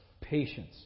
patience